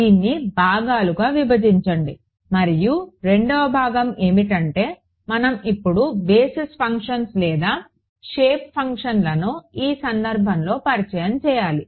దీన్ని భాగాలుగా విభజించండి మరియు రెండవ భాగం ఏమిటంటే మనం ఇప్పుడు బేసిస్ ఫంక్షన్స్ లేదా షేప్ ఫంక్షన్లను ఈ సందర్భంలో పరిచయం చేయాలి